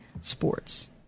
sports